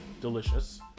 delicious